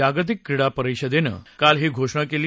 जागतिक क्रीडा परिषदेनं काल ही घोषणा केली